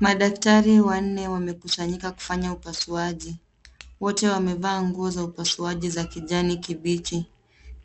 Madaktari wanne wamekusanyika kufanya upasuaji. Wote wamevaa nguo za upasuaji za kijani kibichi,